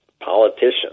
politicians